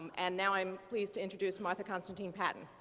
and now i'm pleased to introduce martha constantine-paton.